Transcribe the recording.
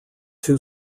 two